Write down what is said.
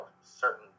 certain